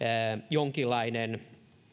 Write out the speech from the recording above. jonkinlainen